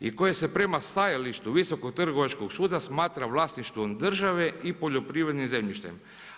I koje se prema stajalištu Visokog trgovačkog suda smatra vlasništvom države i poljoprivrednim zemljištem.